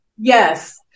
Yes